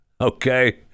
Okay